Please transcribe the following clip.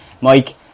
Mike